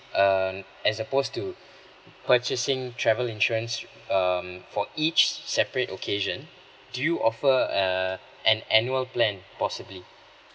um as supposed to purchasing travel insurance um for each separate occasion do you offer err an annual plan possibly